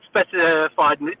specified